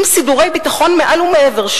עם סידורי ביטחון מעל ומעבר,